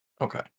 Okay